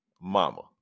Mama